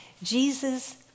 Jesus